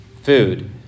food